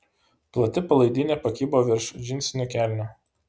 plati palaidinė pakibo virš džinsinių kelnių